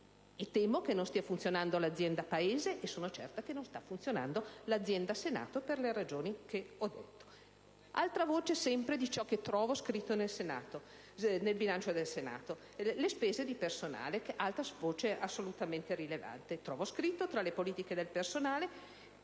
E temo che non stia funzionando l'azienda Paese, e sono certa che non sta funzionando l'azienda Senato, per le ragioni che ho detto. Un'altra voce che trovo scritta nel bilancio del Senato riguarda le spese di personale: altra voce assolutamente rilevante. Trovo scritto, tra le politiche del personale,